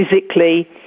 physically